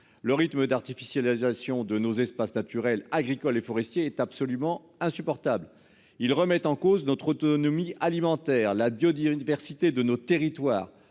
Le rythme d'artificialisation de nos espaces naturels agricoles et forestiers est absolument insupportable. Ils remettent en cause notre autonomie alimentaire la biodiversité de nos territoires.